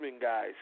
guys